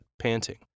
panting